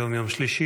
היום יום שלישי,